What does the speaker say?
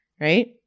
right